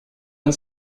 and